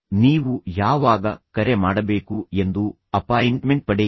ನೀವು ಯಾವಾಗ ಕರೆ ಮಾಡಬೇಕು ಎಂದು ಅಪಾಯಿಂಟ್ಮೆಂಟ್ ಪಡೆಯಿರಿ